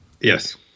Yes